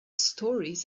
stories